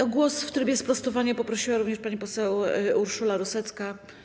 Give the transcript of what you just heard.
O głos w trybie sprostowania poprosiła również pani poseł Urszula Rusecka.